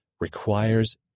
requires